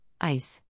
ice